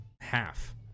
half